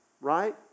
right